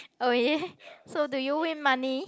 oh yeah so do you win money